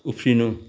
उफ्रिनु